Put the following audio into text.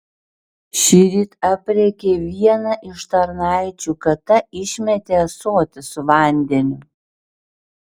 šįryt aprėkė vieną iš tarnaičių kad ta išmetė ąsotį su vandeniu